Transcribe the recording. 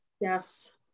Yes